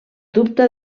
dubta